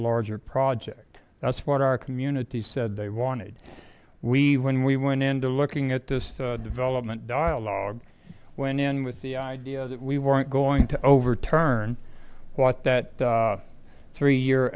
larger project that's what our community said they wanted we when we went into looking at this development dialogue went in with the idea that we weren't going to overturn what that three year